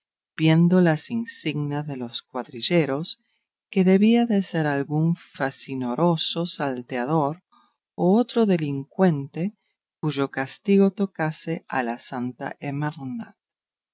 viendo las insignias de los cuadrilleros que debía de ser algún facinoroso salteador o otro delincuente cuyo castigo tocase a la santa